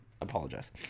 apologize